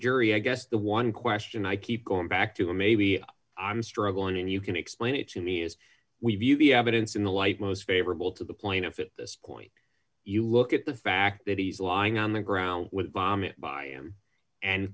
jury i guess the one question i keep going back to or maybe i'm struggling and you can explain it to me is we view the evidence in the light most favorable to the plaintiff in this point you look at the fact that he's lying on the ground with bombing by him and